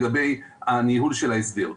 לגבי הניהול של ההסדר.